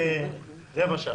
בבקשה.